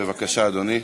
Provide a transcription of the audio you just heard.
בבקשה, אדוני.